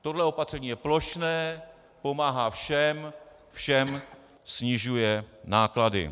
Tohle opatření je plošné, pomáhá všem, všem snižuje náklady.